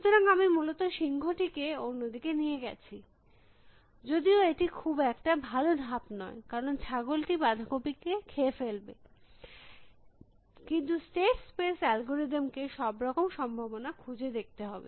সুতরাং আমি মূলত সিংহ টিকে অন্য দিকে নিয়ে গেছি যদিও এটি খুব একটা ভালো ধাপ নয় কারণ ছাগল টি বাঁধাকপি খেয়ে ফেলবে কিন্তু স্টেট স্পেস অ্যালগরিদম কে সব রকম সম্ভাবনা খুঁজে দেখতে হবে